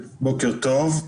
בוקר טוב.